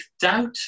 Doubt